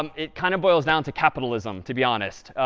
um it kind of boils down to capitalism, to be honest.